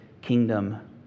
kingdom